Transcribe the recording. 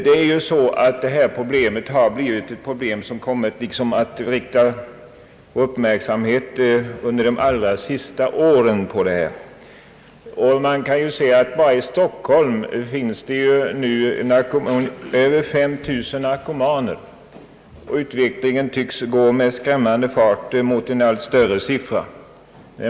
Detta problem har vi fått vår uppmärksamhet riktad på under de allra senaste åren. Bara i Stockholm finns det nu över 5 000 narkomaner, och utvecklingen tycks med skrämmande fart gå mot en allt större siffra.